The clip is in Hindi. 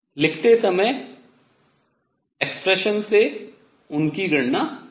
लिखते समय व्यंजक से उनकी गणना की जा सकती है